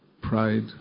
pride